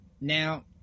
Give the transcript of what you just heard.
Now